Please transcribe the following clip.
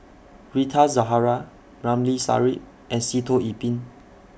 Rita Zahara Ramli Sarip and Sitoh Yih Pin